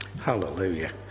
Hallelujah